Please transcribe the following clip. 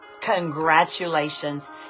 congratulations